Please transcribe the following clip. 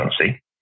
currency